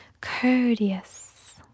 courteous